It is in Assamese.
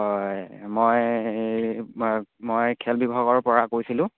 হয় মই এই মই খেল বিভাগৰপৰা কৈছিলোঁ